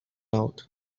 out